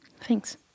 Thanks